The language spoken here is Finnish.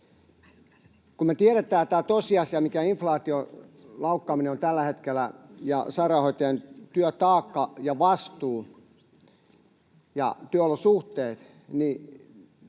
Kun me tiedetään tämä tosiasia, mikä inflaation laukkaaminen on tällä hetkellä ja sairaanhoitajan työtaakka ja vastuu ja työolosuhteet, niin